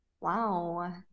Wow